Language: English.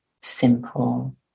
simple